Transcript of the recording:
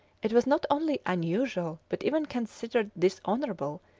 it was not only unusual, but even considered dishonourable,